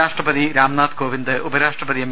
രാഷ്ട്രപതി രാംനാഥ് കോവിന്ദ് ഉപരാഷ്ട്രപതി എം